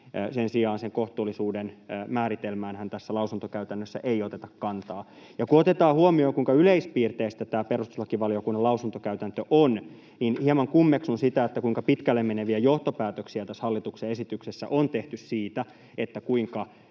Sen sijaan sen kohtuullisuuden määritelmäänhän tässä lausuntokäytännössä ei oteta kantaa. Kun otetaan huomioon, kuinka yleispiirteistä tämä perustuslakivaliokunnan lausuntokäytäntö on, niin hieman kummeksun sitä, kuinka pitkälle meneviä johtopäätöksiä tässä hallituksen esityksessä on tehty siitä, kuinka